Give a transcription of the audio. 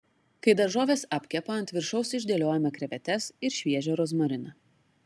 kai daržovės apkepa ant viršaus išdėliojame krevetes ir šviežią rozmariną